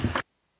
Hvala.